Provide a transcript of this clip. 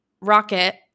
Rocket